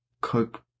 Cook